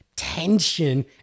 Tension